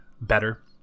better